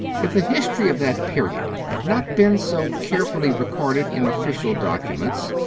if the history of that period had not been so carefully recorded in official documents,